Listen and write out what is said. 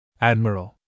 Admiral